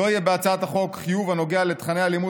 לא יהיה בהצעת החוק חיוב הנוגע לתוכני הלימוד